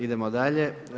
Idemo dalje.